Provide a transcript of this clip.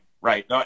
right